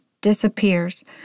disappears